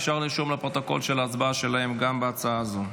אפשר לרשום לפרוטוקול את ההצבעה שלהם גם בהצעה הזאת.